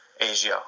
Asia